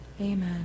Amen